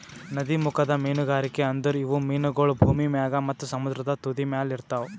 ನದೀಮುಖದ ಮೀನುಗಾರಿಕೆ ಅಂದುರ್ ಇವು ಮೀನಗೊಳ್ ಭೂಮಿ ಮ್ಯಾಗ್ ಮತ್ತ ಸಮುದ್ರದ ತುದಿಮ್ಯಲ್ ಇರ್ತಾವ್